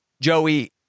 Joey